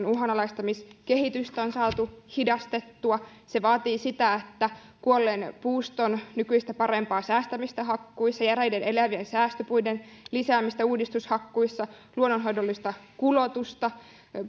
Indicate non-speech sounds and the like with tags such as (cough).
(unintelligible) uhanalaistamiskehitystä on saatu hidastettua se vaatii kuolleen puuston nykyistä parempaa säästämistä hakkuissa eräiden elävien säästöpuiden lisäämistä uudistushakkuissa luonnonhoidollista kulotusta tietenkin